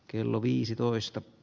kello viisitoista